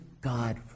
God